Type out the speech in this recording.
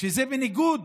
שזה בניגוד